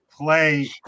play